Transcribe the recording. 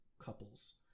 couples